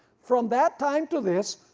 from that time to this,